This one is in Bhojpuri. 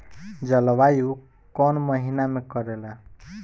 जलवायु कौन महीना में करेला?